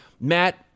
Matt